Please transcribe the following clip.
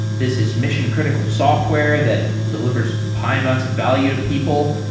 this is mission-critical software that delivers high amounts of value to people.